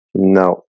No